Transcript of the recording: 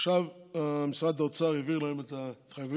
ועכשיו משרד האוצר העביר להם את ההתחייבויות.